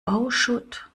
bauschutt